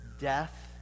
death